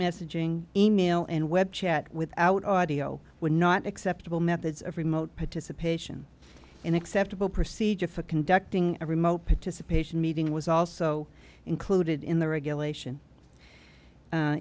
messaging email and web chat without audio would not acceptable methods of remote participation in acceptable procedure for conducting a remote participation meeting was also included in the regulation